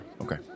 Okay